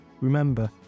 Remember